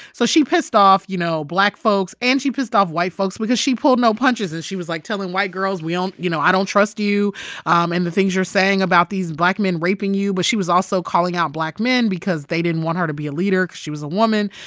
so she pissed off, you know, black folks, and she pissed off white folks because she pulled no punches. and she was, like, telling white girls, we don't you know, i don't trust you um and the things you're saying about these black men raping you. but she was also calling out black men because they didn't want her to be a leader. she was a woman.